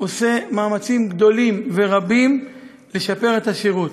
עושה מאמצים גדולים ורבים לשפר את השירות.